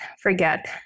forget